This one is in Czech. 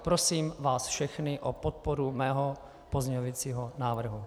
Prosím vás všechny o podporu mého pozměňujícího návrhu.